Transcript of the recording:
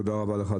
תודה רבה לך,